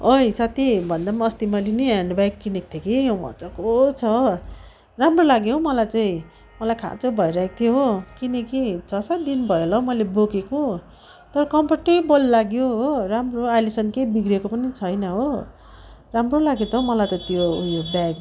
ओइ साथी भन्दा पनि अस्ति मैले नि ह्यान्ड ब्याग किनेको थिएँ कि मजाको छ राम्रो लाग्यो मलाई चाहिँ मलाई खाँचो भइरहेको थियो हो किनेँ कि छ सात दिन भयो होला मैले बोकेको तर कम्फोर्टेबल लाग्यो हो राम्रो अहिलेसम्म केही बिग्रेको पनि छैन हो राम्रो लाग्यो त मलाई त उयो ब्याग